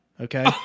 Okay